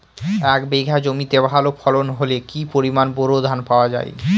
এক বিঘা জমিতে ভালো ফলন হলে কি পরিমাণ বোরো ধান পাওয়া যায়?